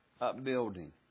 upbuilding